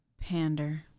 Pander